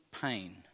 pain